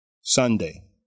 Sunday